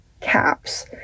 caps